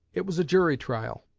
it was a jury trial,